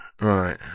right